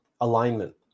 alignment